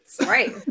Right